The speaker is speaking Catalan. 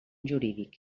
jurídic